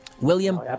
William